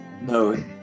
no